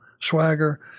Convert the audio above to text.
Swagger